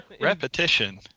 Repetition